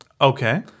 Okay